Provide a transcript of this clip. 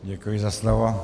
Děkuji za slovo.